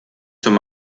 zum